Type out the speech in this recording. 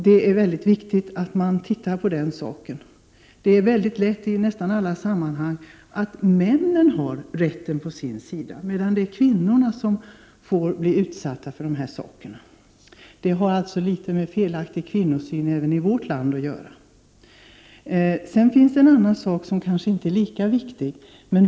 Det är mycket viktigt att man tittar på den saken. I nästan alla sammanhang får männen mycket lätt rätten på sin sida, medan kvinnorna blir utsatta. Detta har litet grand med felaktig kvinnosyn, även i vårt land, att göra. Det finns även en annan aspekt på detta som kanske inte är lika viktig.